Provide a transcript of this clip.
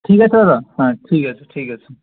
ঠিক আছে দাদা হ্যাঁ ঠিক আছে ঠিক আছে